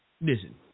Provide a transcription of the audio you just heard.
listen